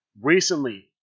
recently